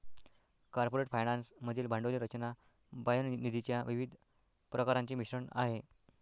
corporate finance मधील भांडवली रचना बाह्य निधीच्या विविध प्रकारांचे मिश्रण आहे